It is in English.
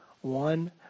one